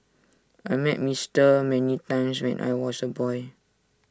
I met Mister many times when I was A boy